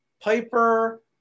Piper